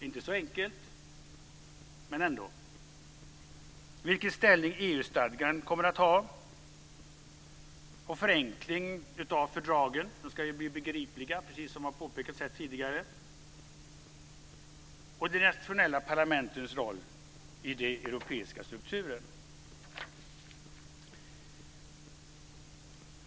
Inte så enkelt, men ändå. Det är vilken ställning EU-stadgan kommer att ha. Det är förenkling av fördragen. De ska ju bli begripliga, precis som har påpekats här tidigare. Och det är de nationella parlamentens roll i den europeiska strukturen.